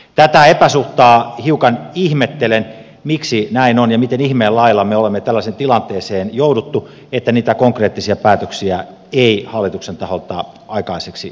tätä epäsuhtaa hiukan ihmettelen miksi näin on ja miten ihmeen lailla me olemme tällaiseen tilanteeseen joutuneet että niitä konkreettisia päätöksiä ei hallituksen taholta aikaiseksi saada